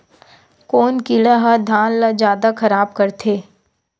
कोन कीड़ा ह धान ल जादा खराब करथे?